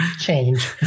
change